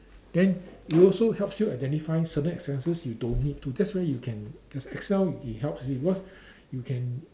then it also helps you identify certain expenses you don't need to that's why you can there's Excel it helps you because you can